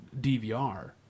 DVR